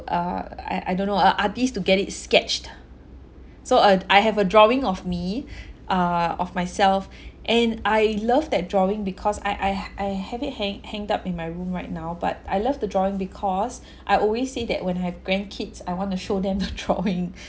uh I I don't know a artist to get it sketched so uh I have a drawing of me err of myself and I love that drawing because I I I have it hang hang up in my room right now but I love the drawing because I always say that when I have grandkids I want to show them the drawing